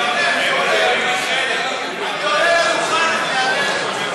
אני עולה לדוכן, אני אענה לך.